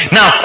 Now